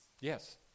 Yes